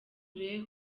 guelleh